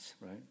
right